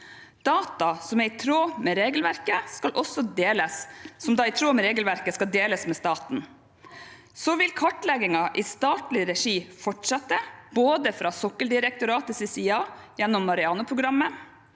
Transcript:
data som i tråd med regelverket skal deles med staten. Så vil kartleggingen i statlig regi fortsette fra Sokkeldirektoratets side og gjennom MAREANO-programmet.